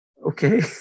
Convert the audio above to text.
Okay